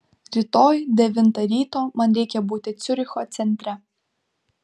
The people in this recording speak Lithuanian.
rytoj devintą ryto man reikia būti ciuricho centre